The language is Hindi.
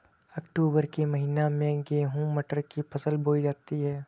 अक्टूबर के महीना में गेहूँ मटर की फसल बोई जाती है